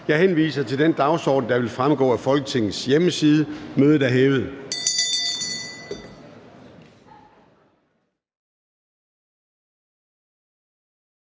Jeg henviser til den dagsorden, der vil fremgå af Folketingets hjemmeside. Mødet er hævet.